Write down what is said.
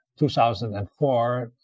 2004